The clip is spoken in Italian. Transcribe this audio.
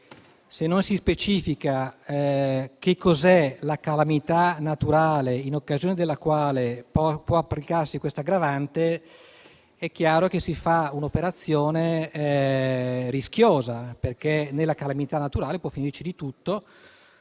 se non si specifica che cos'è la calamità naturale in occasione della quale può applicarsi questa aggravante, è chiaro che si fa un'operazione rischiosa, perché in tale definizione può finirci di tutto,